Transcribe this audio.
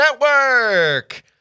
Network